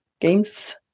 Games